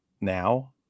now